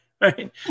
Right